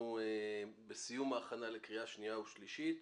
אנחנו בסיום ההכנה לקריאה שנייה ושלישית.